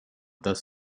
thus